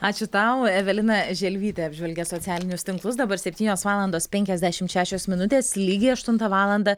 ačiū tau evelina želvytė apžvelgė socialinius tinklus dabar septynios valandos penkiasdešim šešios minutės lygiai aštuntą valandą